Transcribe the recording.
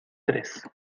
tres